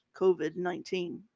COVID-19